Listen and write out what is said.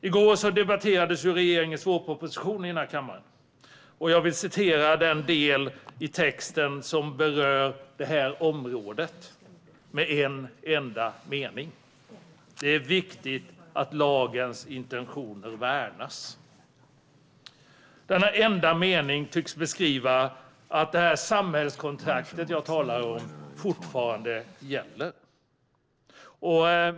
I går debatterades regeringens vårproposition i denna kammare. Jag vill citera den del av texten som berör detta område med en enda mening: "Det är viktigt att lagens intentioner värnas." Denna enda mening tycks beskriva att det samhällskontrakt jag talar om fortfarande gäller.